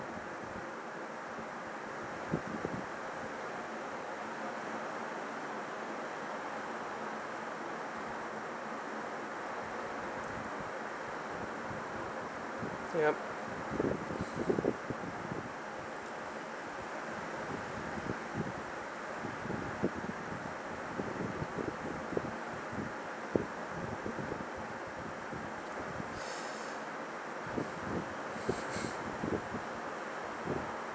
yup